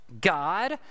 God